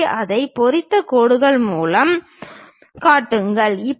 எனவே அதை பொறித்த கோடுகள் மூலம் காட்டுங்கள்